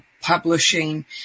publishing